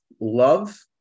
love